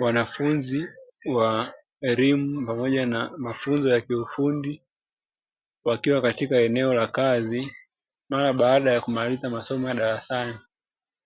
Wanafunzi wa elimu pamoja na mafunzo ya kiufundi wakiwa katika eneo la kazi, mara baada ya kumaliza masomo ya darasani